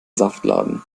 saftladen